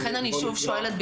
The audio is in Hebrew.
לכן אני שוב שואלת,